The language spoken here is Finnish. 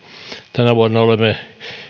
tänä vuonna olemme